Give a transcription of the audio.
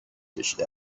کشیده